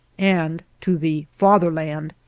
and to the fatherland,